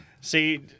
See